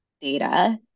data